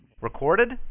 Recorded